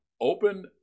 open